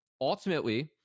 Ultimately